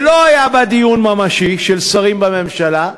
שלא היה בה דיון ממשי של שרים בממשלה,